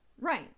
right